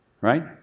right